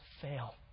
fail